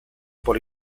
por